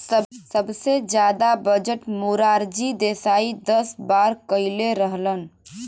सबसे जादा बजट मोरारजी देसाई दस बार कईले रहलन